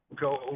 go